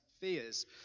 fears